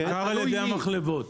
בעיקר על ידי המחלבות.